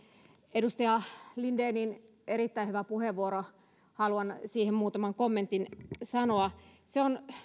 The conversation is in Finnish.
edustaja lindenin erittäin hyvään puheenvuoroon haluan muutaman kommentin sanoa se on